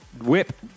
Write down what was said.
Whip